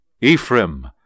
Ephraim